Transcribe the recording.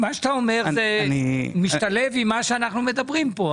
מה שאתה אומר משתלב עם מה שאנו מדברים פה,